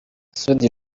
masud